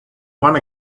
one